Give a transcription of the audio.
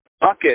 bucket